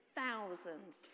thousands